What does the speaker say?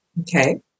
Okay